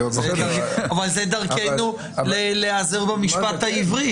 אבל זו דרכנו להיעזר במשפט העברי.